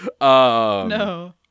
No